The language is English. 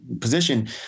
position